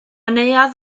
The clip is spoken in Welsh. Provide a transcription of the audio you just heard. neuadd